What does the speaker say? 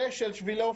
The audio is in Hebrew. זה של שבילי אופניים.